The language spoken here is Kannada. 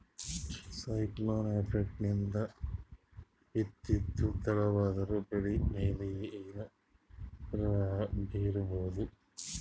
ಸೈಕ್ಲೋನ್ ಎಫೆಕ್ಟ್ ನಿಂದ ಬಿತ್ತೋದು ತಡವಾದರೂ ಬೆಳಿ ಮೇಲೆ ಏನು ಪ್ರಭಾವ ಬೀರಬಹುದು?